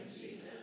Jesus